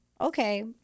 okay